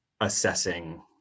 assessing